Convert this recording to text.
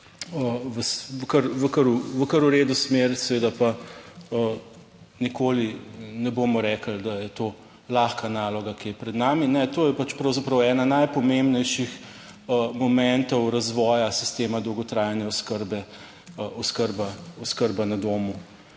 v kar v redu smer, seveda pa nikoli ne bomo rekli, da je to lahka naloga, ki je pred nami. To je pač pravzaprav ena najpomembnejših momentov razvoja sistema dolgotrajne oskrbe,